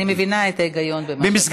אני מבינה את ההיגיון במה שאתה אומר.